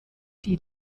die